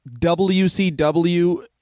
WCW